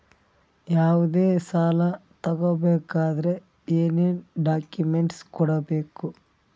ಯಾವುದೇ ಸಾಲ ತಗೊ ಬೇಕಾದ್ರೆ ಏನೇನ್ ಡಾಕ್ಯೂಮೆಂಟ್ಸ್ ಕೊಡಬೇಕು?